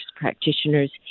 practitioners